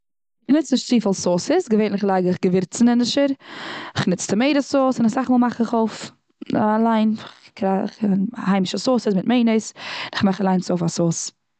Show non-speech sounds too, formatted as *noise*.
כ'ניץ נישט צופיל סאוסעס, געווענדליך לייג איך געווירצן ענדערשער. איך ניץ טאמאטע סאוס, און אסאך מאל מאך איך אליין *unintelligible* היימישע סאוסעס מיט מייעניעז. איך מאך אליין אויף א סאוס.